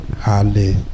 Hallelujah